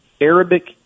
arabic